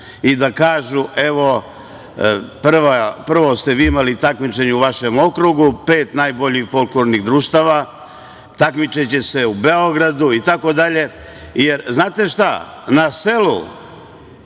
i da kažu – evo, prvo ste vi imali takmičenje u vašem okrugu, pet najboljih folklornih društava, takmičiće se u Beogradu itd. Znate šta? Na selu